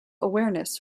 awareness